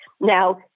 Now